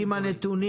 עם הנתונים.